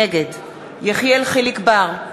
נגד יחיאל חיליק בר,